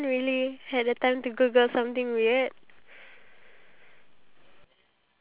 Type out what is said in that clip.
what superpower would be the most useful for society